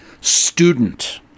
student